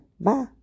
Bye